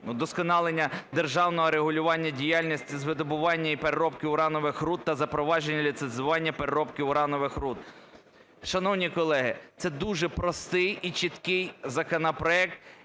вдосконалення державного регулювання діяльності з видобування і переробки уранових руд та запровадження ліцензування переробки уранових руд. Шановні колеги, це дуже простий і чіткий законопроект,